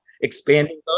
expanding